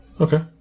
Okay